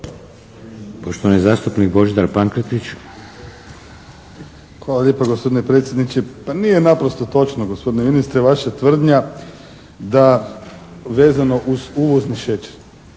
**Pankretić, Božidar (HSS)** Hvala lijepa gospodine predsjedniče. Pa nije naprosto točna gospodine ministre vaša tvrdnja da vezano uz uvozni šećer.